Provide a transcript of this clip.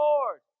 Lord